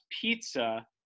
pizza